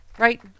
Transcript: Right